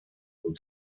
und